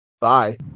Bye